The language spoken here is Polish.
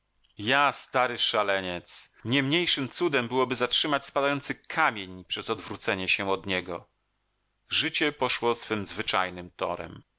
ja stary szaleniec nie mniejszym cudem byłoby zatrzymać spadający kamień przez odwrócenie się od niego życie poszło swym zwyczajnym torem